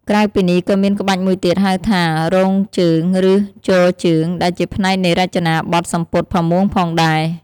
ក្រៅពីនេះ ក៏មានក្បាច់មួយទៀតហៅថា 'រងជើង' ឬ 'ជរជើង' ដែលជាផ្នែកនៃរចនាប័ទ្មសំពត់ផាមួងផងដែរ។